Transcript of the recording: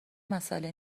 مسئله